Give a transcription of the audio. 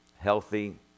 healthy